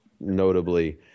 notably